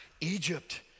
Egypt